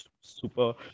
super